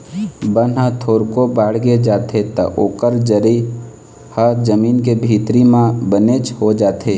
बन ह थोरको बाड़गे जाथे त ओकर जरी ह जमीन के भीतरी म बनेच हो जाथे